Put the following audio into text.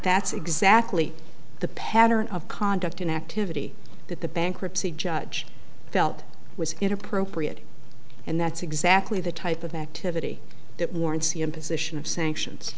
that's exactly the pattern of conduct an activity that the bankruptcy judge felt was inappropriate and that's exactly the type of activity that warrants the imposition of sanctions